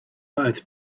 both